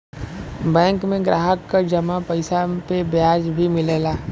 bank में ग्राहक क जमा पइसा पे ब्याज भी मिलला